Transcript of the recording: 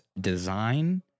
design